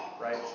right